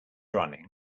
running